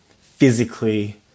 physically